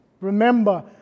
Remember